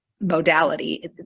modality